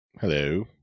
Hello